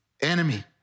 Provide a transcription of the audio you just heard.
enemy